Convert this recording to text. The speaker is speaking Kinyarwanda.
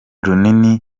runini